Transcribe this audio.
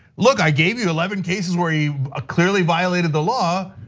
look, i gave you eleven cases where he clearly violated the law,